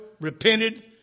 repented